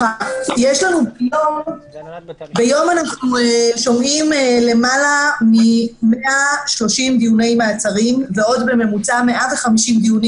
ביום אנחנו שומעים יותר מ-130 דיוני מעצרים ועוד בממוצע 150 דיונים